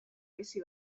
bizi